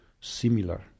similar